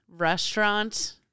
restaurant